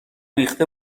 ریخته